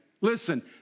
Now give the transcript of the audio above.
listen